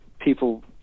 people